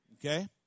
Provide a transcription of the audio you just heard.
Okay